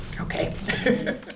Okay